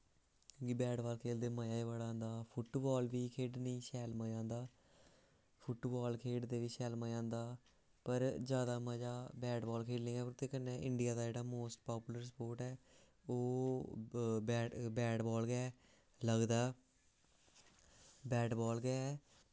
की के bat ball खेढदे मज़ा बड़ा औंदा फुट बॉल बी खेढने गी शैल मज़ा औंदा फुट बॉल खेढदे शैल मज़ा आंदा पर जादा मज़ा बैट बाल खेलने दा कन्नै इंडिया दा जेह्ड़ा मोस्ट पॉपूलर स्पोर्ट ऐ ओह् बैट बैट बाल गै लगदा बैट बाल गै ऐ